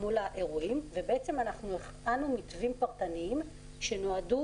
מול האירועים ואנחנו הכוונו מתווים פרטניים שנועדו